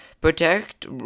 Protect